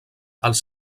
els